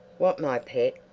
what, my pet!